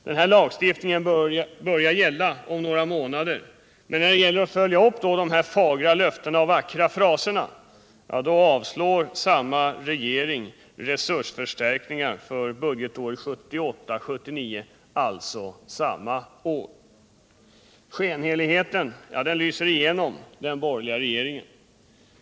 Den här lagstiftningen börjar gälla om några månader, men när det är fråga om att följa upp de fagra löftena och vackra fraserna avslår samma regering resursförstärkningen för budgetåret 1978/79, alltså samma år. Skenheligheten lyser igenom hos den borgerliga regeringen.